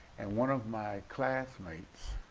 and one of my classmates,